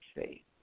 see